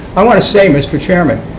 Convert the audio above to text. i want to say, mr. chairman,